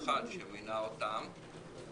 מלבד אחד שמינה אותם.